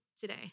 today